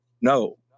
No